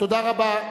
תודה רבה.